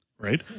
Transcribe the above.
right